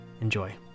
Enjoy